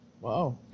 Wow